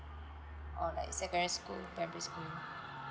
or like secondary school primary school